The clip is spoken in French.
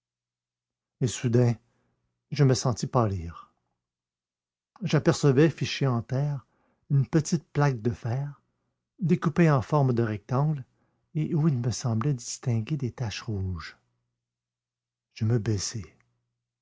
et soudain je me sentis pâlir j'apercevais fichée en terre une petite plaque de fer découpée en forme de rectangle et où il me semblait distinguer des taches rouges je me baissai